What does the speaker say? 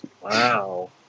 wow